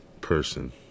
person